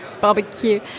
barbecue